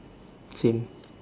same